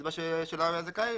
מהקצבה שלה היה זכאי,